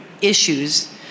issues